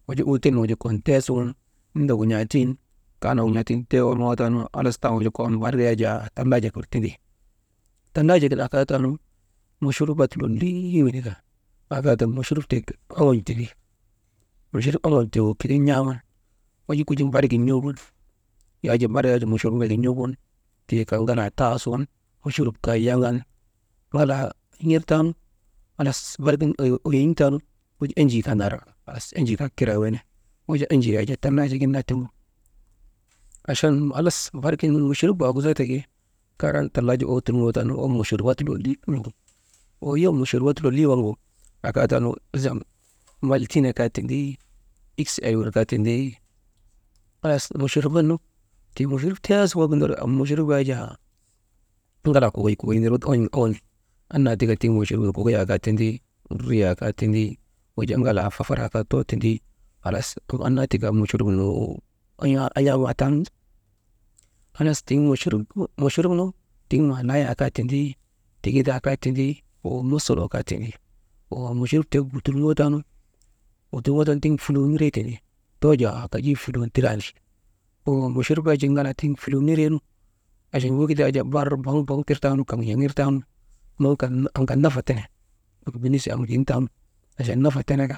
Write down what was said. Wujaa uutel nun wuja kokon tee sugun nindagu n̰aatiŋ kaanagu n̰aatiŋ tee orŋoo taanu halas, taanu wujaa kokon barik yak jaa tallaajak wir tindi, tallaajak gin akaataanu mochurubat lolii windika, akatan mochrub tek oŋon̰ tindi, mochorub oŋon̰ tiigu n̰aaman wujaa kujinin barik gin n̰ogun yaa ja bar yaa jaa mochorubat n̰ogun tii kan ŋalaa taa sun mochorub kaa yaŋan ŋalaa yer tan halas barigin weyiŋ taanu enjii kaa nar arka enjii ka kiraa wene wujaa enjii yak jaa tallaajak gin naa tiŋgu achan halas barik gin mochrub waagu zaata ke karan tal laajak owtul ŋootaanu waŋ mochruubak lolii windi, woyom machruubak lolii waŋgu akaataanu maltiina kaa tindii, ikse el kaa tindii, halas machruubat nu tii mochrub teesu wagin ner am machrub yak jaa ŋalaa kukuy kukuy nir gu ti oŋon̰I owol annaa ti tika tiŋ machrub kukuyaa kaa tindii, dridriyaa kaa tindii, wujaa ŋalaa fafaraa kaa too tindii, halas am annaa tika mochrub nuu, an̰aamaa taanu, halas tiŋ «hesitation» machrub nu tiŋ maa layaa kaa tindi, tigidaa kaa tindi, woo mosoloo kaa tindi, woo mochorub tek lutul ŋootaanu, wutulŋoo taanun tiŋ fuluu niree tindi, too jaa kajii fuluu tirandi, woo mochurub jak jaa tiŋ fuluu nireenu, achan wegik yak tiŋ barnu boŋ boŋ tirtaanu, am kan nafa tene benisba amgin taanu achan nafa teneka.